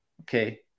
Okay